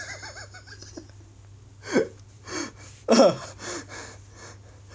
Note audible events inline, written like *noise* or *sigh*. *laughs*